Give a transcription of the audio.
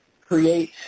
create